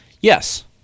Yes